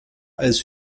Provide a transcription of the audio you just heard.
als